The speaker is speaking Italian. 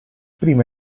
prima